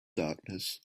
darkness